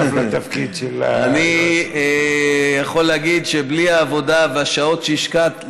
אני יכול להגיד שבלי העבודה והשעות שהשקעת,